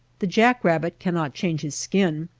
the jack-rabbit cannot change his skin,